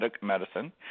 medicine